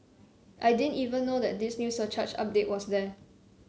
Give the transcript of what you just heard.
I didn't even know that this new surcharge update was there